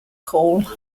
call